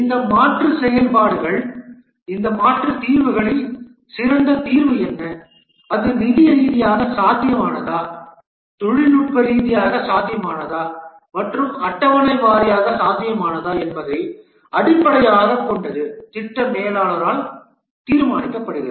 இந்த மாற்று செயல்பாடுகள் இந்த மாற்று தீர்வுகளில் சிறந்த தீர்வு என்ன அது நிதி ரீதியாக சாத்தியமானதா தொழில்நுட்ப ரீதியாக சாத்தியமானதா மற்றும் அட்டவணை வாரியாக சாத்தியமானதா என்பதை அடிப்படையாகக் கொண்டது திட்ட மேலாளரால் தீர்மானிக்கப்படுகிறது